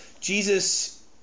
Jesus